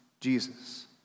Jesus